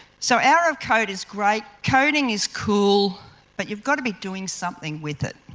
so, hour of code is great, coding is cool but you've got to be doing something with it.